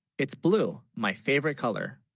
it's blue, my favorite color